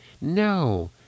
No